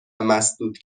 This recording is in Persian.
مسدود